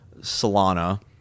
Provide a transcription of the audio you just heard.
Solana